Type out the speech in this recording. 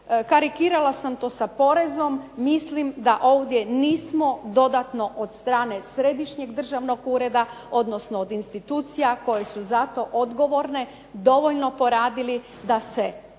Karikirala sam to sa porezom. Mislim da ovdje nismo dodatno od strane Središnjeg državnog ureda odnosno od institucija koje su za to odgovorne dovoljno poradili da se ono što